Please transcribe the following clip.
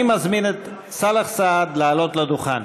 אני מזמין את סאלח סעד לעלות לדוכן.